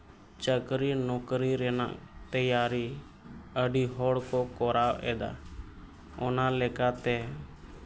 ᱪᱟᱹᱠᱨᱤ ᱱᱚᱠᱨᱤ ᱨᱮᱭᱟᱜ ᱛᱮᱭᱟᱨᱤ ᱟᱹᱰᱤ ᱦᱚᱲᱠᱚ ᱠᱚᱨᱟᱣᱮᱫᱟ ᱚᱱᱟ ᱞᱮᱠᱟᱛᱮ